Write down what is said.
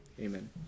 Amen